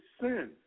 sin